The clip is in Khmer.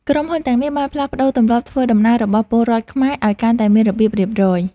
ក្រុមហ៊ុនទាំងនេះបានផ្លាស់ប្តូរទម្លាប់ធ្វើដំណើររបស់ពលរដ្ឋខ្មែរ ឱ្យកាន់តែមានរបៀបរៀបរយ។